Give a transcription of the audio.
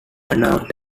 announced